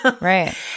right